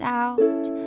out